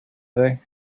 they